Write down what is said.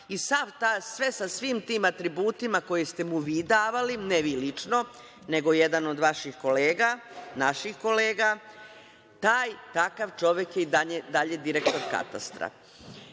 i sve sa svim tim atributima koje ste mu vi davali, ne vi lično, nego jedan od vaših kolega, naših kolega, taj, takav čovek je i dalje direktor Katastra. To